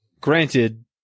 granted